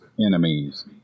enemies